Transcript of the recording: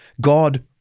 God